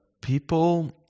people